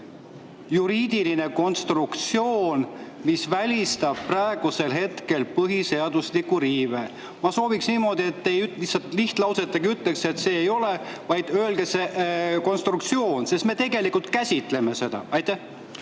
juriidiline konstruktsioon, mis välistab praegusel hetkel põhiseaduse riive. Ma sooviksin, et te lihtsalt lihtlausega ei ütleks, et see ei ole [riive], vaid esitage see konstruktsioon, sest me tegelikult käsitleme seda. Aitäh,